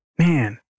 Man